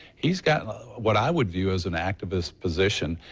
he's got what i would view as an activist position.